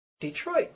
Detroit